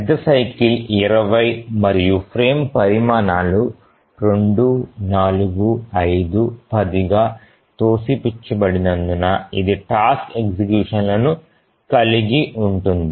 పెద్ద సైకిల్ 20 మరియు ఫ్రేమ్ పరిమాణాలు 2 4 5 10 గా 1 తోసిపుచ్చబడినందున ఇది టాస్క్ ఎగ్జిక్యూషన్ లను కలిగి ఉండదు